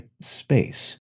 space